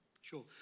Sure